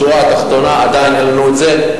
בשורה התחתונה עדיין אין לנו את זה,